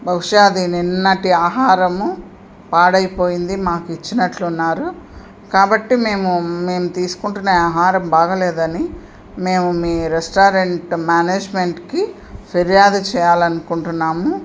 బహుశా అది నిన్నటి ఆహారము పాడైపోయింది మాకు ఇచ్చినట్లున్నారు కాబట్టి మేము మేము తీసుకుంటునే ఆహారం బాగలేదని మేము మీ రెస్టారెంట్ మేనేజ్మెంట్కి ఫిర్యాదు చేయాలనుకుంటున్నాము